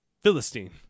Philistine